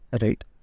Right